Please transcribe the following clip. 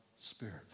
spirit